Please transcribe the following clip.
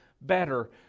better